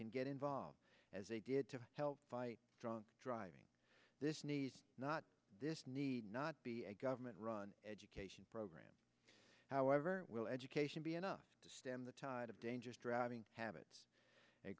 can get involved as a good to help fight drunk driving this need not this need not be a government run education program however will education be enough to stem the tide of dangerous driving habits a